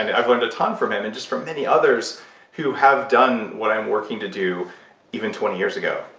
i've learned a ton from him, and just from many others who have done what i'm working to do even twenty years ago,